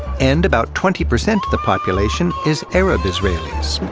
and about twenty percent of the population is arab israelis,